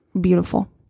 beautiful